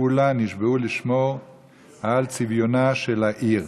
עפולה נשבעו לשמור על צביונה היהודי של העיר,